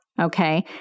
okay